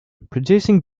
producing